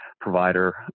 provider